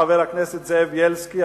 חבר הכנסת זאב בילסקי,